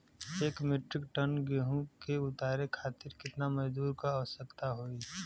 एक metric ton गेहूँ के उतारे खातीर कितना मजदूर क आवश्यकता होई?